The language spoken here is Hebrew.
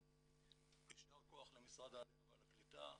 יישר כח למשרד העלייה והקליטה,